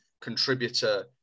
contributor